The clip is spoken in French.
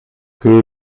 que